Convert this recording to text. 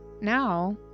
Now